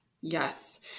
Yes